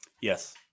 Yes